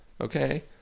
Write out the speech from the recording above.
Okay